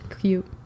cute